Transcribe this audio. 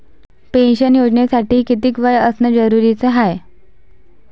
Pension योजनेसाठी कितीक वय असनं जरुरीच हाय?